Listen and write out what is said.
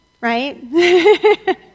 right